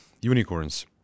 unicorns